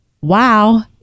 wow